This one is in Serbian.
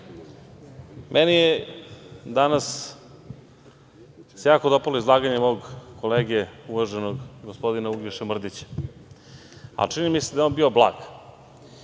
meni danas se jako dopalo izlaganje mog kolege uvaženog Uglješe Mrdića, a čini mi se da je on bio blag.